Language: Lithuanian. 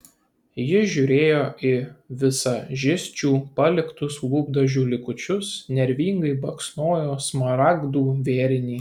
ji žiūrėjo į vizažisčių paliktus lūpdažių likučius nervingai baksnojo smaragdų vėrinį